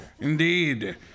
Indeed